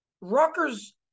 Rutgers